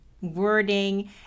wording